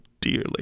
dearly